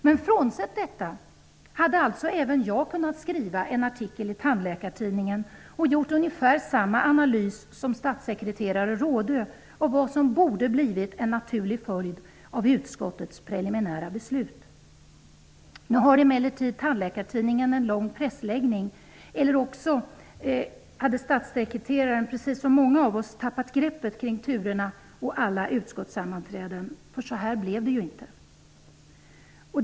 Men frånsett detta, hade alltså även jag kunnat skriva en artikel i Tandläkartidningen och kunnat göra ungefär samma analys som statssekreterare Rådö av vad som borde blivit en naturlig följd av utskottets preliminära beslut. Nu har emellertid Tandläkartidningen en lång pressläggning, eller också hade statssekreteraren -- precis som många av oss -- tappade greppet om alla turer vid utskottens sammanträden. Därför att det blev ju inte så.